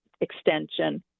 extension